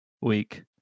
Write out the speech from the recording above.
week